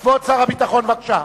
כבוד שר הביטחון, בבקשה.